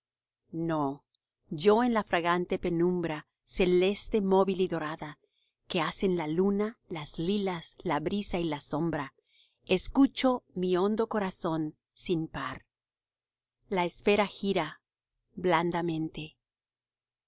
no yo en la fragante penumbra celeste móvil y dorada que hacen la luna las lilas la brisa y la sombra escucho mi hondo corazón sin par la esfera gira blandamente